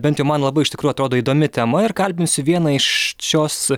bent jau man labai iš tikrųjų atrodo įdomi tema ir kalbinsiu vieną iš šios